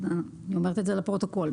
אני אומרת לפרוטוקול.